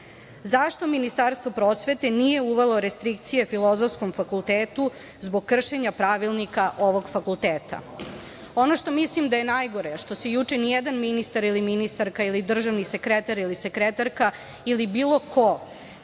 Zašto Ministarstvo prosvete nije uvelo restrikcije Filozofskom fakultetu zbog kršenja Pravilnika ovog fakulteta? Ono što mislim da je najgore, što se juče nijedan ministar ili ministarka ili državni sekretar ili sekretarka ili bilo ko